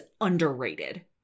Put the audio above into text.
underrated